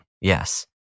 yes